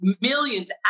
millions